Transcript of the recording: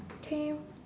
okay